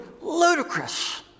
ludicrous